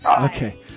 Okay